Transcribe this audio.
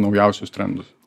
naujausius trendus